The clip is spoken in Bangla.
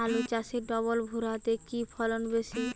আলু চাষে ডবল ভুরা তে কি ফলন বেশি?